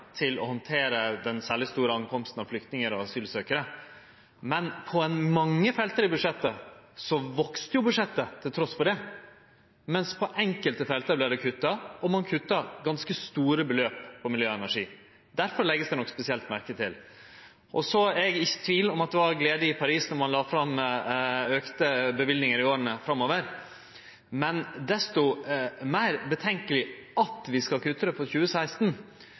til å handtere den særleg store tilstrøyminga av flyktningar og asylsøkjarar. Men på mange felt i budsjettet vaks jo budsjettet trass i det, mens det på enkelte felt vart kutta, og ein kutta ganske store beløp på miljø og energi. Difor vert det nok lagt spesielt merke til. Så er eg ikkje i tvil om at det var glede i Paris då ein la fram auka løyvingar i åra framover, men desto meir urovekkjande er det at ein skal kutte i 2016. Det